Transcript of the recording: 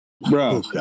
bro